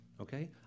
okay